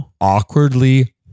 awkwardly